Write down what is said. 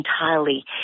entirely